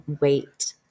wait